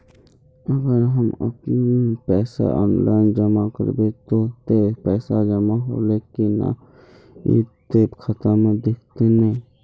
अगर हम अपन पैसा ऑफलाइन जमा करबे ते पैसा जमा होले की नय इ ते खाता में दिखते ने?